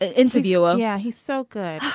ah interviewer yeah, he's so good.